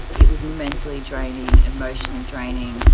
it was mentally draining, emotionally draining,